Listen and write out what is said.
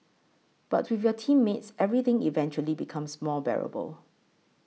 but with your teammates everything eventually becomes more bearable